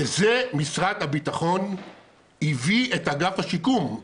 לזה משרד הביטחון הביא את אגף השיקום.